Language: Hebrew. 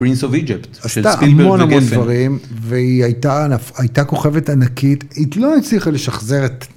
פרינס אוף איג'פט, של ספילברג וגפן. - עשתה המון המון דברים והיא היתה, היתה כוכבת ענקית, היא לא הצליחה לשחזר